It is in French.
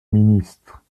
ministre